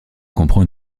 comprend